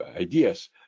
ideas